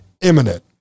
imminent